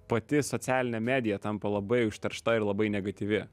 pati socialinė medija tampa labai užteršta ir labai negatyvi